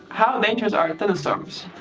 how dangerous are thunderstorms.